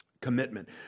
commitment